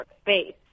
space